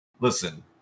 listen